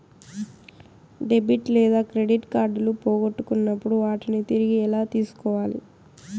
debit లేదా credit కార్డులు పోగొట్టుకున్నప్పుడు వాటిని తిరిగి ఎలా తీసుకోవాలి